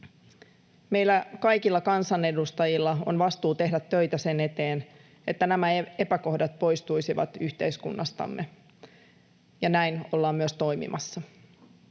Meillä kaikilla kansanedustajilla on vastuu tehdä töitä sen eteen, että nämä epäkohdat poistuisivat yhteiskunnastamme, ja näin ollaan myös toimimassa.